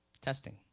Testing